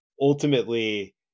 ultimately